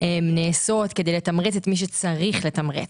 ונעשות כדי לתמרץ את מי שצריך לתמרץ.